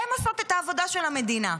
הן עושות את העבודה של המדינה.